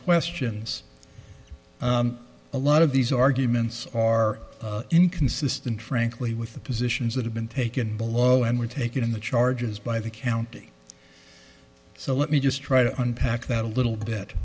questions a lot of these arguments are inconsistent frankly with the positions that have been taken below and were taken in the charges by the county so let me just try to unpack that a little